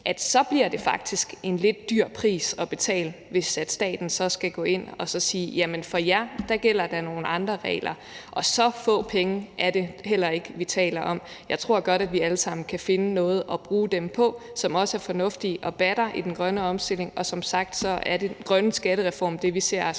Fyn – bliver en lidt dyr pris at betale, hvis staten så skal gå ind og sige: Jamen for jer gælder der nogle andre regler. Og så få penge er det heller ikke, vi taler om. Jeg tror godt, vi alle sammen kan finde noget at bruge dem på, som også er fornuftigt og batter i den grønne omstilling. Og som sagt er den grønne skattereform det, vi ser